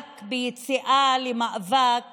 רק יציאה למאבק